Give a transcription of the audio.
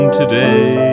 today